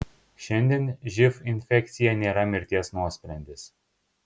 šiandien živ infekcija nėra mirties nuosprendis